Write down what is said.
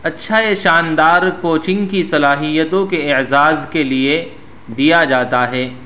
اَچّھا یہ شاندار کوچنگ کی صلاحیتوں کے اعزاز کے لیے دیا جاتا ہے